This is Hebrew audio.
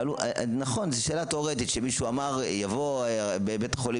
נכון שזו שאלה תיאורטית שמישהו אמר: יבוא בבית חולים